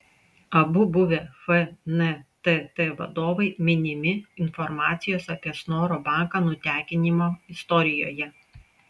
abu buvę fntt vadovai minimi informacijos apie snoro banką nutekinimo istorijoje